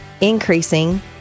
increasing